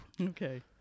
Okay